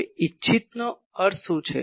હવે ઇચ્છિત નો શું અર્થ છે